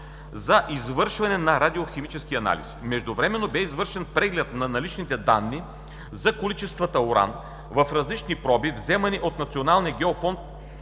за извършване на радиохимичен анализ. Междувременно бе извършен преглед на наличните данни за количествата уран в различни проби, взимани от